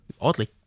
oddly